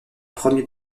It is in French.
premier